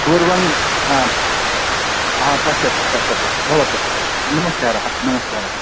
पूर्वं हा हा पश्यतु पश्यतु भवतु नमस्कारः नमस्कारः